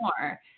more